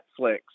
Netflix